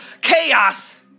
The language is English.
chaos